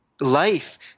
life